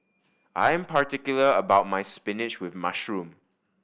I'm particular about my spinach with mushroom